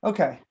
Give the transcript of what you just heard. Okay